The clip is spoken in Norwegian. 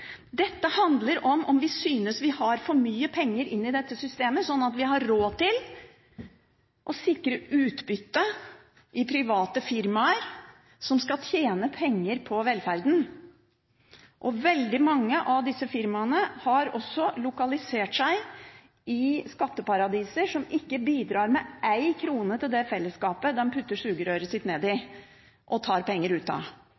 Dette handler om hvorvidt vi synes vi har for mye penger i dette systemet, sånn at vi har råd til å sikre utbytte til private firmaer som skal tjene penger på velferden. Veldig mange av disse firmaene har også lokalisert seg i skatteparadiser, slik at de ikke bidrar med ei krone til fellesskapet de putter sugerøret sitt nedi og tar penger ut av.